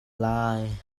lai